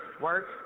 Work